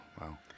wow